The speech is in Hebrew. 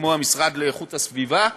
כמו המשרד לאיכות הסביבה.